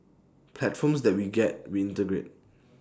platforms that we get we integrate